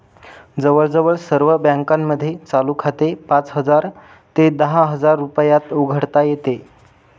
जवळजवळ सर्व बँकांमध्ये चालू खाते पाच हजार ते दहा हजार रुपयात उघडता येते